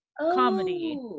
comedy